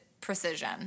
precision